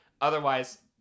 otherwise